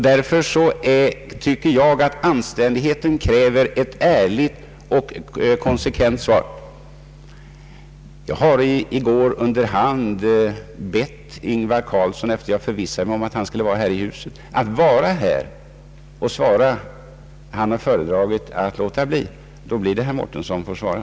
Därför tycker jag att anständigheten kräver ett ärligt och konsekvent svar. Jag har i går under hand bett Ingvar Carlsson att vara här och svara. Han har föredragit att låta bli, och då är det herr Mårtensson som får svara.